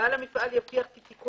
אם הודיע לו, כתב לו ווטסאפ.